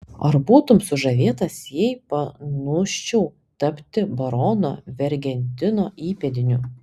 ar būtum sužavėtas jei panūsčiau tapti barono vergentino įpėdiniu